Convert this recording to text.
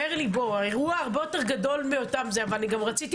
האירוע הרבה יותר גדול אבל אני גם רציתי